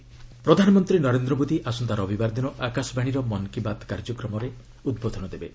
PM Mann Ki Baat ପ୍ରଧାନମନ୍ତ୍ରୀ ନରେନ୍ଦ୍ର ମୋଦି ଆସନ୍ତା ରବିବାର ଦିନ ଆକାଶବାଣୀର ମନ୍କୀ ବାତ୍ କାର୍ଯ୍ୟକ୍ମରେ ଉଦ୍ବୋଧନ ଦେବେ